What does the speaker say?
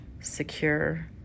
secure